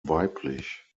weiblich